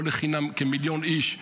לא לחינם כמיליון איש,